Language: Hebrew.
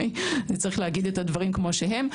צריך להגיד את הדברים כמו שהם.